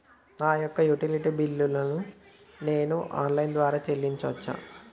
నా యొక్క utility bill ను నేను ఆన్ లైన్ ద్వారా చెల్లించొచ్చా?